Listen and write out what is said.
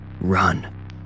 Run